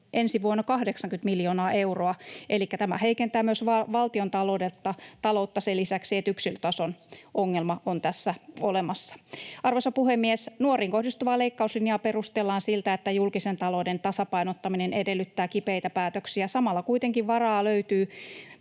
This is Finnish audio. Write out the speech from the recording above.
ensi vuonna 80 miljoonaa euroa, elikkä tämä heikentää myös valtiontaloutta sen lisäksi, että yksilötason ongelma on tässä olemassa. Arvoisa puhemies! Nuoriin kohdistuvaa leikkauslinjaa perustellaan sillä, että julkisen talouden tasapainottaminen edellyttää kipeitä päätöksiä. Samalla kuitenkin varaa löytyy